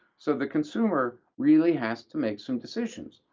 so the consumer really has to make some decisions.